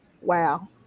wow